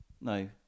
no